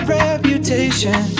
reputation